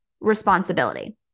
responsibility